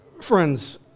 Friends